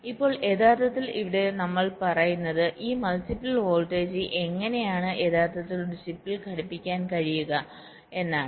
ഇപ്പോൾ യഥാർത്ഥത്തിൽ ഇവിടെ നമ്മൾ പറയുന്നത് ഈ മൾട്ടിപ്പിൾ വോൾട്ടേജ് എങ്ങനെയാണ് യഥാർത്ഥത്തിൽ ഒരു ചിപ്പിൽ ഘടിപ്പിക്കാൻ കഴിയുക എന്നാണ്